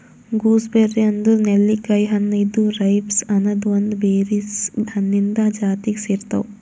gooseberry ಅಂದುರ್ ನೆಲ್ಲಿಕಾಯಿ ಹಣ್ಣ ಇದು ರೈಬ್ಸ್ ಅನದ್ ಒಂದ್ ಬೆರೀಸ್ ಹಣ್ಣಿಂದ್ ಜಾತಿಗ್ ಸೇರ್ತಾವ್